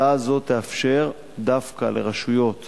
הצעה זו תאפשר דווקא לרשויות